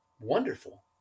wonderful